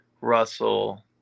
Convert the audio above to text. Russell